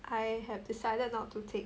I have decided not to take